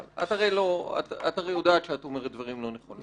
את הרי יודעת שאת אומרת דברים לא נכונים.